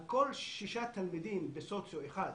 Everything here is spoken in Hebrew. על כל שישה תלמידים בסוציו 1,